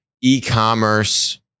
e-commerce